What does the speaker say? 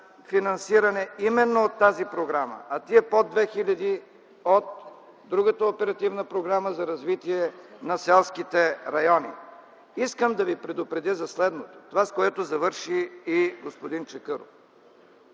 финансиране именно от тази програма, а тези под 2000 – от другата Оперативна програма – „За развитие на селските райони”. Искам да ви предупредя за следното – това, с което завърши и господин Чакъров.